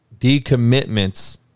decommitments